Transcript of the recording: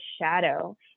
shadow